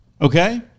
Okay